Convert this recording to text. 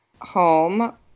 home